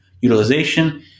utilization